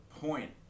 point